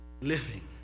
living